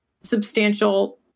substantial